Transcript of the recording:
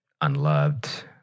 unloved